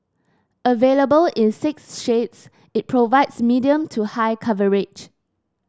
available in six shades it provides medium to high coverage